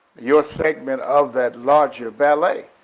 your segment of that larger ballet.